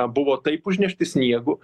buvo taip užnešti sniegu